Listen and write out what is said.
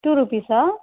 two రూపీసా